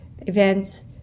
Events